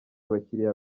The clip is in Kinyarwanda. abakiriya